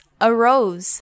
arose